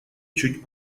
чуть